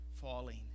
falling